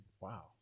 Wow